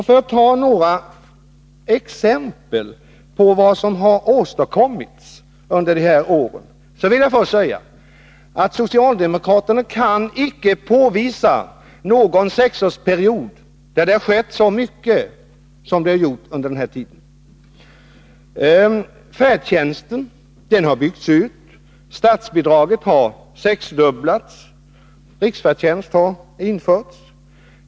För att ta några exempel på vad som har åstadkommits under de här åren vill jag först säga att socialdemokraterna icke kan påvisa någon annan sexårsperiod då det har skett så mycket som under den här tiden. Färdtjänsten har byggts ut, statsbidraget har sexdubblats och riksfärdtjänst har införts.